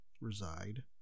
reside